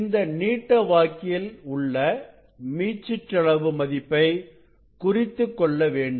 இந்த நீட்ட வாக்கில் உள்ள மீச்சிற்றளவு மதிப்பை குறித்துக்கொள்ள வேண்டும்